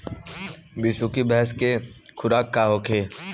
बिसुखी भैंस के खुराक का होखे?